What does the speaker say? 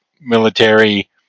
military